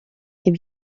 est